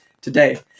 today